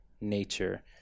nature